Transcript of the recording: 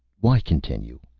why continue?